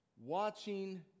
watching